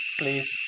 Please